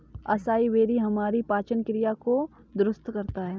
acai berry हमारी पाचन क्रिया को दुरुस्त करता है